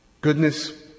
Goodness